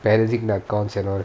balancing the accounts and all that